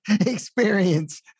experience